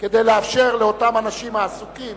זאת כדי לאפשר לאותם אנשים העסוקים